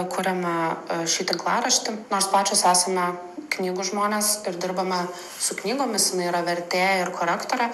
kuriame šį tinklaraštį nors pačios esame knygų žmonės ir dirbame su knygomis jinai yra vertėja ir korektorė